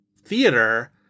theater